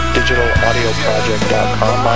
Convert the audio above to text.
digitalaudioproject.com